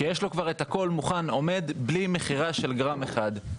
כשיש לו את הכל כבר מוכן, בלי מכירה של גרם אחד.